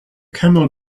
camel